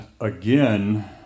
again